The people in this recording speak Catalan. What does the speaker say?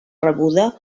rebuda